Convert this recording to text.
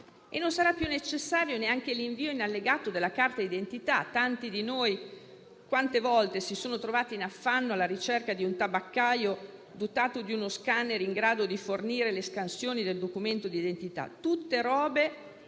Non sarà più necessario neanche l'invio in allegato della carta identità: quante volte ci siamo trovati in affanno alla ricerca di un tabaccaio dotato di uno *scanner* in grado di fornire le scansioni del documento d'identità? È tutta storia